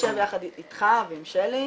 נשב יחד איתך ועם שלי,